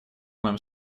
моем